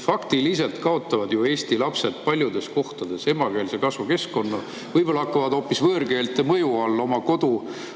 Faktiliselt kaotavad eesti lapsed paljudes kohtades emakeelse kasvukeskkonna ja võib-olla nad hakkavad võõrkeelte mõju all hoopis